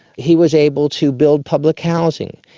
he was able to build public housing,